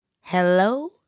Hello